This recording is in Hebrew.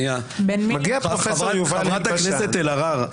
מגיע פרופ' יובל אלבשן --- חברת הכנסת אלהרר,